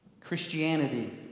Christianity